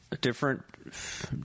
different